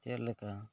ᱪᱮᱫ ᱞᱮᱠᱟ